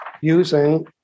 using